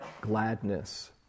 gladness